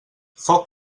foc